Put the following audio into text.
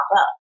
up